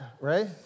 right